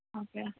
okay